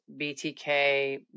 BTK